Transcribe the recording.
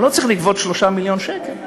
אני לא צריך לגבות 3 מיליון שקל.